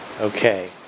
Okay